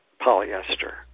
polyester